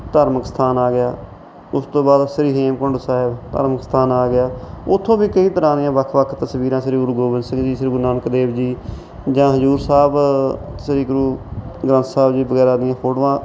ਧਰਮਿਕ ਸਥਾਨ ਆ ਗਿਆ ਉਸ ਤੋਂ ਬਾਅਦ ਸ੍ਰੀ ਹੇਮਕੁੰਟ ਸਾਹਿਬ ਧਰਮਿਕ ਸਥਾਨ ਆ ਗਿਆ ਉੱਥੋਂ ਵੀ ਕਈ ਤਰ੍ਹਾਂ ਦੀਆਂ ਵੱਖ ਵੱਖ ਤਸਵੀਰਾਂ ਸ਼੍ਰੀ ਗੁਰੂ ਗੋਬਿੰਦ ਸਿੰਘ ਜੀ ਸ਼੍ਰੀ ਗੁਰੂ ਨਾਨਕ ਦੇਵ ਜੀ ਜਾਂ ਹਜ਼ੂਰ ਸਾਹਿਬ ਸ਼੍ਰੀ ਗੁਰੂ ਗ੍ਰੰਥ ਸਾਹਿਬ ਜੀ ਵਗੈਰਾ ਦੀਆਂ ਫੋਟੋਆਂ